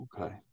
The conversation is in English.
Okay